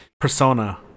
Persona